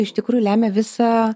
iš tikrųjų lemia visą